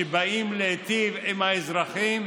שבאים להיטיב עם האזרחים,